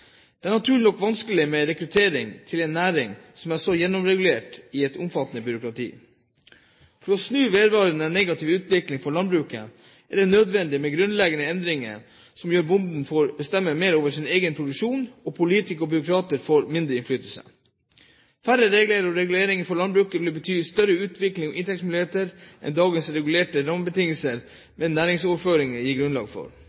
Det er naturlig nok vanskelig med rekruttering til en næring som er så gjennomregulert med et omfattende byråkrati. For å snu denne vedvarende negative utviklingen for landbruket er det nødvendig med grunnleggende endringer som gjør at bonden får bestemme mer over sin egen produksjon, og at politikere og byråkrater får mindre innflytelse. Færre regler og reguleringer for landbruket vil bety større utviklings- og inntektsmuligheter enn det dagens regulerte rammebetingelser med næringsoverføringer gir grunnlag for.